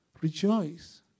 Rejoice